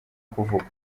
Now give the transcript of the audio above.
kuvugwa